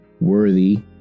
worthy